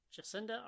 Jacinda